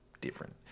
different